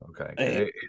Okay